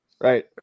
Right